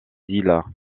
îles